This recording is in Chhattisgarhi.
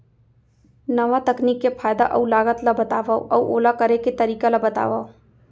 नवा तकनीक के फायदा अऊ लागत ला बतावव अऊ ओला करे के तरीका ला बतावव?